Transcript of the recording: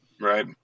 Right